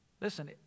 Listen